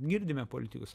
girdime politikus